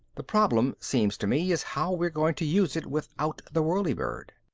the problem, seems to me, is how we're going to use it without the whirlybird.